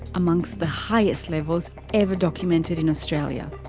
amongst the highest levels ever documented in australia.